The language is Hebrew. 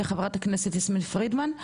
וחברת הכנסת יסמין פרידמן.